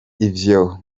ivyo